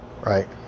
right